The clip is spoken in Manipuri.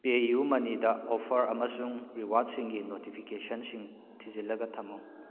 ꯄꯦ ꯌꯨ ꯃꯅꯤꯗ ꯑꯣꯐꯔ ꯑꯃꯁꯨꯡ ꯔꯤꯋꯥꯔꯠꯁꯤꯡꯒꯤ ꯅꯣꯇꯤꯐꯤꯀꯦꯁꯟꯁꯤꯡ ꯊꯤꯖꯤꯜꯂꯒ ꯊꯝꯃꯨ